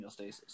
homeostasis